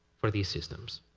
for these systems.